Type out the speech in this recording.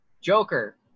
Joker